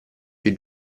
più